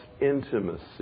intimacy